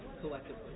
collectively